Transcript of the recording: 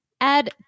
add